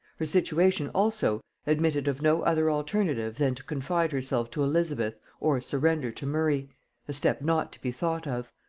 her situation, also, admitted of no other alternative than to confide herself to elizabeth or surrender to murray a step not to be thought of.